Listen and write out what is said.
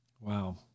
Wow